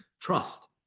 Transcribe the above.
trust